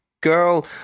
girl